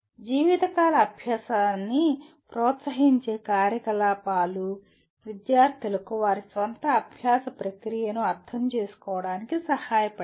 జీవితకాల అభ్యాసాన్ని ప్రోత్సహించే కార్యకలాపాలు విద్యార్థులకు వారి స్వంత అభ్యాస ప్రక్రియను అర్థం చేసుకోవడానికి సహాయపడతాయి